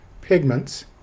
pigments